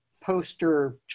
poster